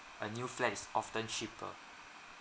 a new flat is often cheaper